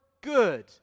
good